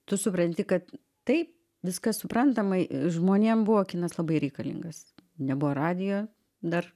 tu supranti kad taip viskas suprantamai žmonėm buvo kinas labai reikalingas nebuvo radijo dar